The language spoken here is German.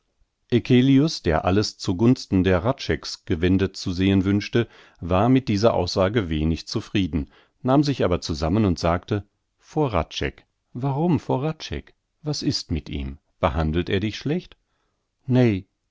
der alles zu gunsten der hradschecks gewendet zu sehen wünschte war mit dieser aussage wenig zufrieden nahm sich aber zusammen und sagte vor hradscheck warum vor hradscheck was ist mit ihm behandelt er dich schlecht nei